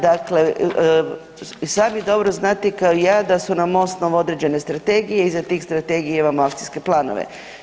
Dakle, i sami dobro znate kao i ja da su nam osnov određene strategije, iza tih strategija imamo akcijske planove.